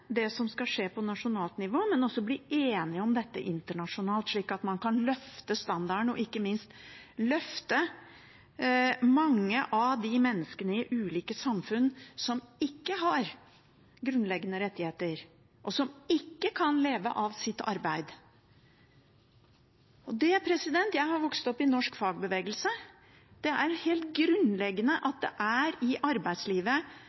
det som skal skje på nasjonalt nivå, men også bli enig om dette internasjonalt, slik at man kan løfte standarden, og ikke minst løfte mange av de menneskene i ulike samfunn som ikke har grunnleggende rettigheter, og som ikke kan leve av sitt arbeid. Jeg har vokst opp i norsk fagbevegelse. Det er helt grunnleggende at det er i arbeidslivet